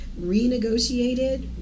renegotiated